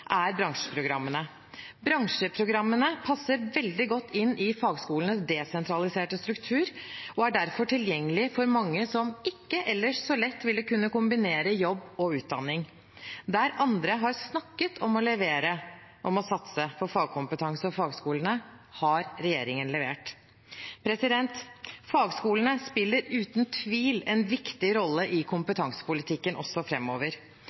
er bransjeprogrammene. Bransjeprogrammene passer veldig godt inn i fagskolenes desentraliserte struktur og er derfor tilgjengelig for mange som ellers ikke så lett ville kunne kombinere jobb og utdanning. Der andre har snakket om å levere og satse på fagkompetanse og fagskolene, har regjeringen levert. Fagskolene spiller uten tvil en viktig rolle i kompetansepolitikken også